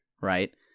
Right